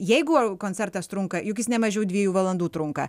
jeigu koncertas trunka juk jis ne mažiau dviejų valandų trunka